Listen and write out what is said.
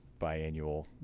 biannual